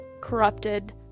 corrupted